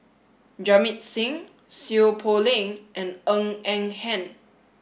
Jamit Singh Seow Poh Leng and Eng N Hen